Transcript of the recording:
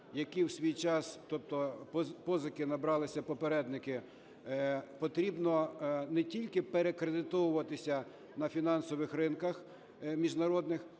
які в свій час, тобто позики, набралися попередники, потрібно не тільки перекредитовуватися на фінансових ринках міжнародних,